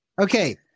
Okay